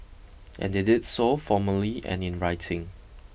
and they did so formally and in writing